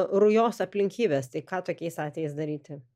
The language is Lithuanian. rujos aplinkybės tai ką tokiais atvejais daryti